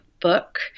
book